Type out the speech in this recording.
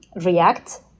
react